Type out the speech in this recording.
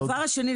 דבר שני,